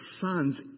son's